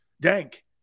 Dank